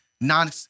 non